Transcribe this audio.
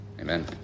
Amen